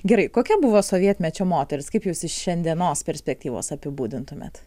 gerai kokia buvo sovietmečio moteris kaip jūs iš šiandienos perspektyvos apibūdintumėt